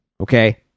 Okay